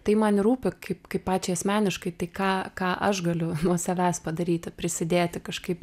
tai man ir rūpi kaip kaip pačiai asmeniškai tai ką ką aš galiu nuo savęs padaryti prisidėti kažkaip